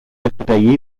yesterday